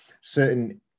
certain